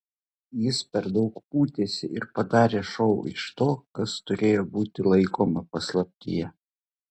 jis per daug pūtėsi ir padarė šou iš to kas turėjo būti laikoma paslaptyje